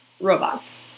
robots